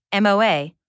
MOA